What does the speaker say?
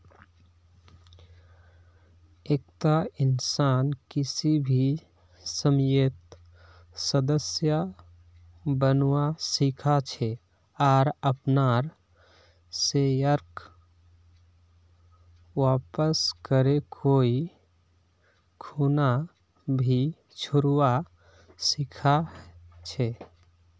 एकता इंसान किसी भी समयेत सदस्य बनवा सीखा छे आर अपनार शेयरक वापस करे कोई खूना भी छोरवा सीखा छै